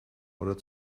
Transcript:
oder